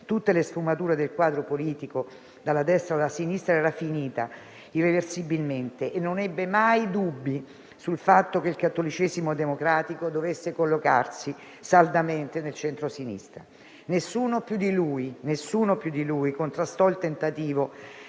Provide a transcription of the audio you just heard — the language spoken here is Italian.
tutte le sfumature del quadro politico, dalla destra alla sinistra, era finita irreversibilmente e non ebbe mai dubbi sul fatto che il cattolicesimo democratico dovesse collocarsi saldamente nel centrosinistra. Nessuno più di lui contrastò il tentativo